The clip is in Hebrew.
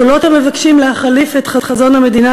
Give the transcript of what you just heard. קולות המבקשים להחליף את חזון המדינה